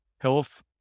health